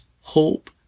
hope